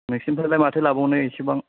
नोंसिनिफ्रायलाय माथो लाबावनो इसिबां